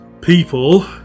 people